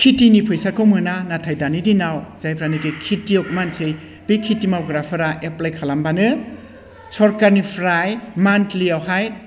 खेथिनि फैसाखौ मोना नाथाय दानि दिनाव जायफ्रानोखि खेथिय'ग मानसि बे खेथि मावग्राफ्रा एप्लाइ खालामबानो सरखारनिफ्राय मान्थलिआवहाय